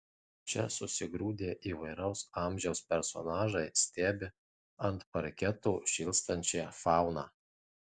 čia susigrūdę įvairaus amžiaus personažai stebi ant parketo šėlstančią fauną